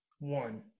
One